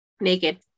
Naked